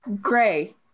gray